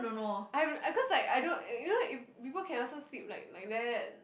I'm I cause like I don't eh you know if people can also sleep like like that